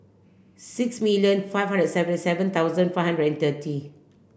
six million five hundred seventy seven thousand five hundred and thirty